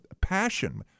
Passion